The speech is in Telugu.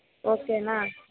ఓకేనా